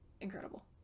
Incredible